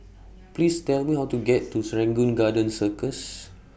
Please Tell Me How to get to Serangoon Garden Circus